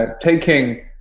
taking